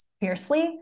fiercely